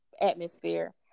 atmosphere